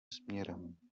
směrem